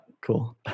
Cool